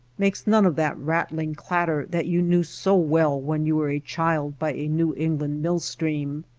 makes none of that rattling clatter that you knew so well when you were a child by a new england mill-stream.